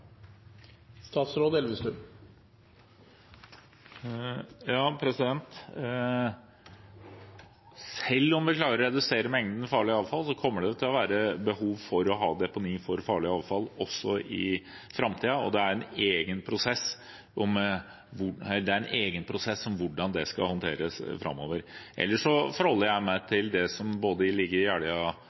Selv om vi klarer å redusere mengden farlig avfall, kommer det til å være behov for å ha deponi for farlig avfall også i framtiden, og det er en egen prosess om hvordan det skal håndteres framover. Ellers forholder jeg meg til både det som ligger i